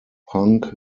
punk